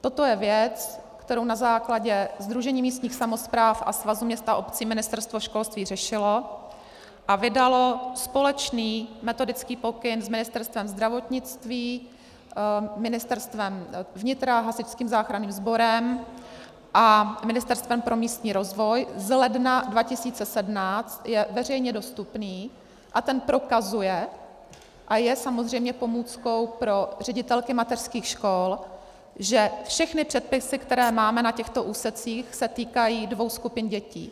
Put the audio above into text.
Toto je věc, kterou na základě sdružení místních samospráv a Svazu měst a obcí Ministerstvo školství řešilo a vydalo společný metodický pokyn s Ministerstvem zdravotnictví, Ministerstvem vnitra, Hasičským záchranným sborem a Ministerstvem pro místní rozvoj z ledna 2017, je veřejně dostupný, a ten prokazuje, a je samozřejmě pomůckou pro ředitelky mateřských škol, že všechny předpisy, které máme na těchto úsecích, se týkají dvou skupin dětí.